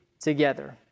together